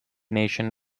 nation